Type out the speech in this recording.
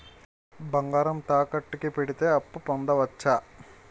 బంగారం తాకట్టు కి పెడితే అప్పు పొందవచ్చ?